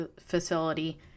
facility